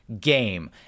game